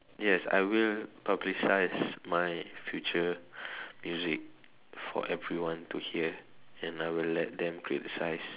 yes I will publicise my future music for everyone to hear and I will let them criticise